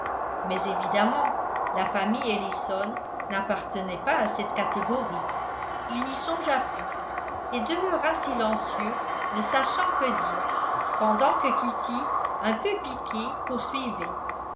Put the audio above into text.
mais évidemment la famille ellison n'appartenait pas à cette catégorie il n'y songea plus et demeura silencieux ne sachant que dire pendant que kitty un peu piquée poursuivait